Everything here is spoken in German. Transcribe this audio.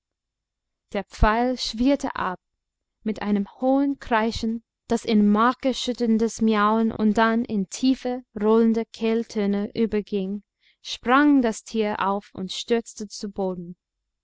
der pfeil schwirrte ab mit einem hohen kreischen das in markerschütterndes miauen und dann in tiefe rollende kehltöne überging sprang das tier auf und stürzte zu boden